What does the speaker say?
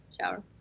shower